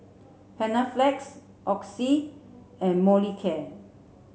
Panaflex Oxy and Molicare